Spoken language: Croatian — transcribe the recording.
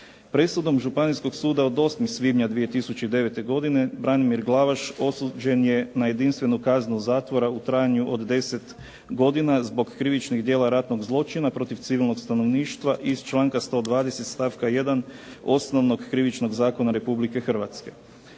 Presudom Županijskog suda od 8. svibnja 2009. godine Branimir Glavaš osuđen je na jedinstvenu kaznu zatvora u trajanju od 10 godina zbog krivičnih djela ratnog zločina protiv civilnog stanovništva iz članka 120. stavka 1. Osnovnog krivičnog zakona Republike Hrvatske.